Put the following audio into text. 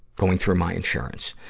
going through my insurance.